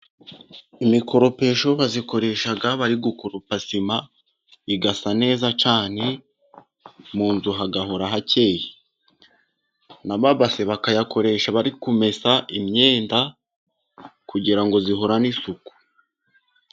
Imikoropesho bayikoresha bari gukoropa isima isa neza cyane mu nzu hagahora hakeye .N'amabase bakayakoresha bari kumesa imyenda kugira ngo ihorane isuku.